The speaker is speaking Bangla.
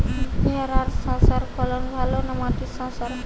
ভেরার শশার ফলন ভালো না মাটির শশার?